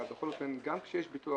אבל גם כשיש ביטוח